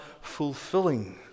fulfilling